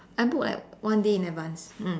I book like one day in advanced